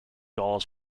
dolls